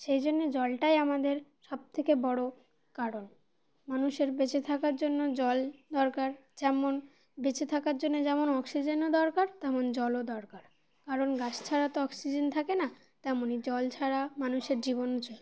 সেই জন্যে জলটাই আমাদের সবথেকে বড়ো কারণ মানুষের বেঁচে থাকার জন্য জল দরকার যেমন বেঁচে থাকার জন্য যেমন অক্সিজেনও দরকার তেমন জলও দরকার কারণ গাছ ছাড়া তো অক্সিজেন থাকে না তেমনই জল ছাড়া মানুষের জীবনও চলে না